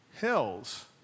hills